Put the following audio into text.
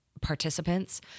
participants